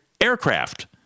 aircraft